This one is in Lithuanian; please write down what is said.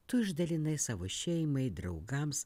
tu išdalinai savo šeimai draugams